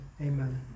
amen